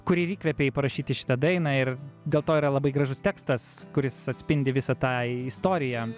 kuri ir įkvėpė jį parašyti šitą dainą ir dėl to yra labai gražus tekstas kuris atspindi visą tą istoriją